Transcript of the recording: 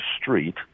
street